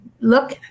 look